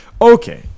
Okay